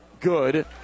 good